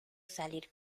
salir